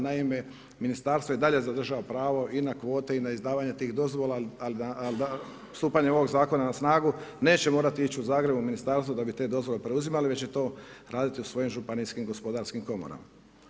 Naime ministarstvo i dalje zadržava pravo i na kvote i na izdavanje tih dozvola ali stupanjem ovog zakona na snagu neće morati ići u Zagreb u ministarstvo da bi te dozvole preuzimali već će to raditi u svojim županijskim gospodarskim komorama.